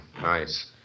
Nice